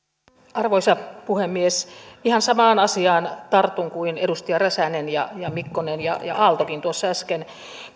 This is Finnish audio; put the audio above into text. arvoisa puhemies ihan samaan asiaan tartun kuin edustaja räsänen mikkonen ja ja aaltokin tuossa äsken